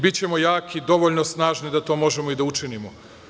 Bićemo jaki, dovoljno snažni da to možemo da učinimo.